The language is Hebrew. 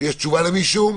יש תשובה למישהו?